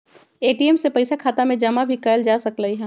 ATM से पइसा खाता में जमा भी कएल जा सकलई ह